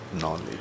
knowledge